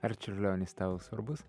ar čiurlionis tau svarbus